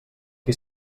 qui